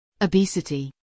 Obesity